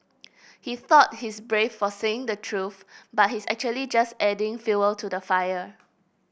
he thought he's brave for saying the truth but he's actually just adding fuel to the fire